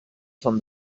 from